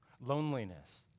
loneliness